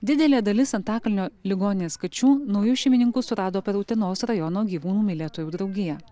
didelė dalis antakalnio ligoninės kačių naujus šeimininkus surado per utenos rajono gyvūnų mylėtojų draugiją